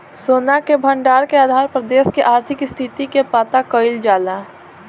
सोना के भंडार के आधार पर देश के आर्थिक स्थिति के पता कईल जाला